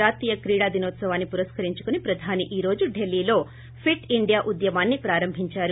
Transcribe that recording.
జాతీయ క్రీడా దినోత్సవాన్ని పురస్కరించుకుని ప్రధాని ఈ రోజు డిల్లిలో ఫిట్ ఇండియా ఉద్యమాన్ని ప్రారంభించారు